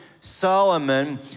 Solomon